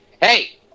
Hey